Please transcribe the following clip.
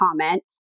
comment